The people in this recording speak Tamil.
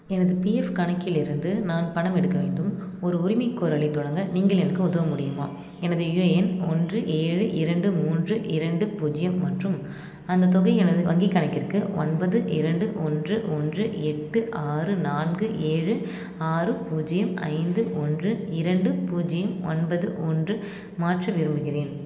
எனது பிஎஃப் கணக்கிலிருந்து நான் பணம் எடுக்க வேண்டும் ஒரு உரிமைக்கோரலை தொடங்க நீங்கள் எனக்கு உதவ முடியுமா எனது யுஏஎன் ஒன்று ஏழு இரண்டு மூன்று இரண்டு பூஜ்ஜியம் மற்றும் அந்த தொகை எனது வங்கி கணக்கிற்கு ஒன்பது இரண்டு ஒன்று ஒன்று எட்டு ஆறு நான்கு ஏழு ஆறு பூஜ்ஜியம் ஐந்து ஒன்று இரண்டு பூஜ்ஜியம் ஒன்பது ஒன்று மாற்ற விரும்புகிறேன்